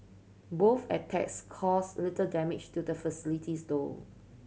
both attacks caused little damage to the facilities though